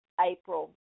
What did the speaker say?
April